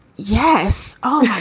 yes. oh